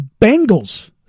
Bengals